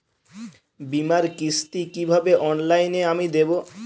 বীমার কিস্তি কিভাবে অনলাইনে আমি দেবো?